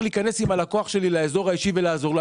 להיכנס עם הלקוח שלי לאזור האישי ולעזור לו,